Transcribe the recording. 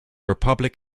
republic